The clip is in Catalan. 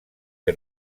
que